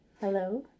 Hello